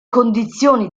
condizioni